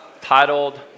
titled